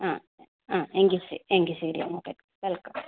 ആ ആ എങ്കിൽ ശരി എങ്കിൽ ശരി ഓക്കെ വെൽക്കം